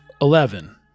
Eleven